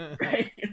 right